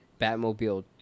Batmobile